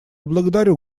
благодарю